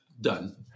done